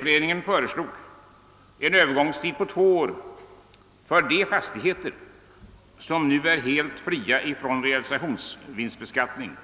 Den föreslog en övergångstid på två år för de fastigheter som nu är helt fria från realisationsvinstbeskattning,